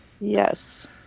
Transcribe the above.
Yes